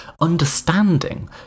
understanding